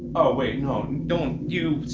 oh, wait. no, don't you